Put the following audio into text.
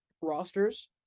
rosters